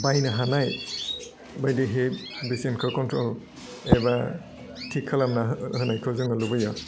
बायनो हानाय बायदिहै बेसेनखौ कन्ट्रल एबा थिक खालामना होनायखौ जों लुबैयो